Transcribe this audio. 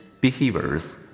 Behaviors